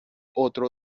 otro